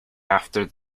after